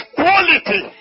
quality